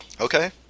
Okay